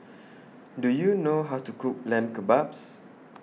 Do YOU know How to Cook Lamb Kebabs